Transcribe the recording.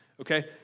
Okay